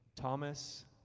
Thomas